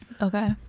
Okay